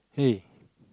hey